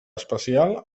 especial